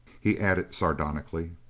he added sardonically,